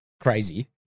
Crazy